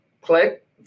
click